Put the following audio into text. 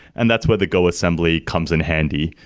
and that's where the go assembly comes in handy.